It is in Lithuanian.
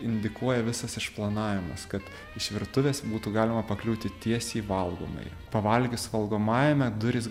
indikuoja visas išplanavimas kad iš virtuvės būtų galima pakliūti tiesiai į valgomąjį pavalgius valgomajame durys